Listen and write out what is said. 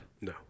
No